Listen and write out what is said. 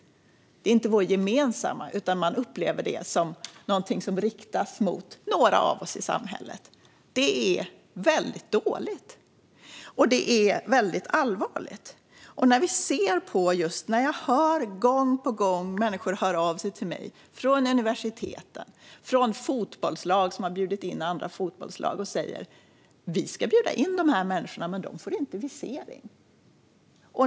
Det är inte vår gemensamma, utan man upplever det som något som riktas mot några av oss i samhället. Det är väldigt dåligt och väldigt allvarligt. Människor hör gång på gång av sig till mig, från universiteten och från fotbollslag som har bjudit in andra fotbollslag, och säger: Vi ska bjuda in de här människorna, men de får inte visering.